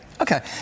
Okay